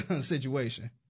situation